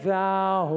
Thou